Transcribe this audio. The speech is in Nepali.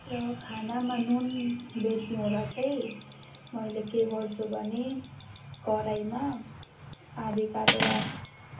र खानामा नुन बेसी हुँदा चाहिँ मैले के गर्छु भने कराहीमा आधा काटेर